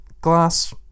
glass